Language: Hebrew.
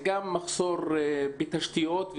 זה גם מחסור בתשתיות,